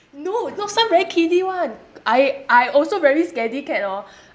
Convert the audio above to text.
no no some very kiddy [one] I I also very scaredy-cat hor